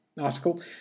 article